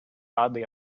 hardly